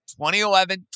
2011